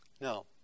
Now